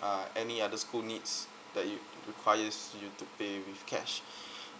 uh any other school needs that you requires you to pay with cash